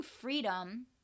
freedom